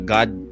God